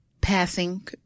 passing